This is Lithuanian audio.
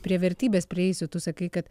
prie vertybės prieisiu tu sakai kad